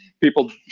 people